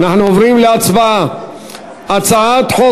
אנחנו עוברים להצבעה על הצעת חוק